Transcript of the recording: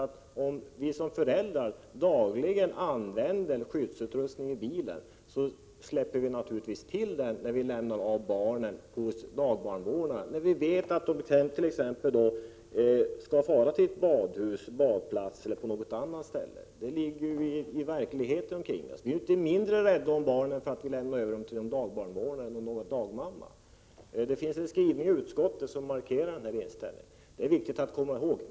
Om vi som föräldrar dagligen använder skyddsutrustning i bilen, ser vi naturligtvis till att lämna ifrån oss den när vi lämnar barnen hos dagbarnvårdaren när vi vet att det.ex. skall fara till ett badhus eller något annat ställe. Detta är väl verkligheten. Vi är ju inte mindre rädda om barnen bara för att vi har lämnat över dem till daghemspersonal eller en dagmamma. Det finns en skrivning i utskottet där denna inställning markeras. Detta är viktigt att komma ihåg.